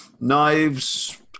Knives